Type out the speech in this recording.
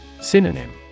Synonym